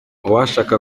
uwashaka